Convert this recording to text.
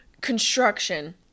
construction